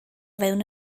fewn